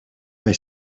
they